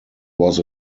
was